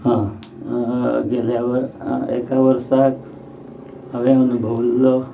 गेल्या वर एका वर्साक हांवे अणभविल्लो